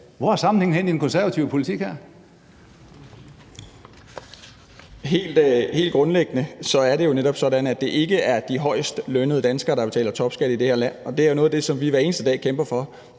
Ordføreren. Kl. 17:50 Mads Andersen (KF): Helt grundlæggende er det jo netop sådan, at det ikke er de højestlønnede danskere, der betaler topskat i det her land, og det er noget af det, som vi hver eneste dag kæmper for.